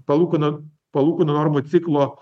palūkanų palūkanų normų ciklo